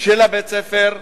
של בית-הספר,